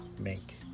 Make